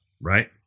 right